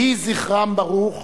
יהי זכרם ברוך.